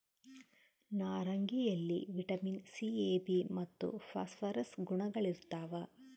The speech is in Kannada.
ನಾರಂಗಿಯಲ್ಲಿ ವಿಟಮಿನ್ ಸಿ ಎ ಬಿ ಮತ್ತು ಫಾಸ್ಫರಸ್ ಗುಣಗಳಿರ್ತಾವ